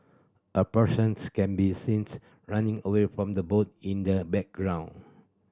a persons can be seen running away from the boat in the background